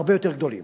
הרבה יותר גדולים.